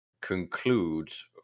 concludes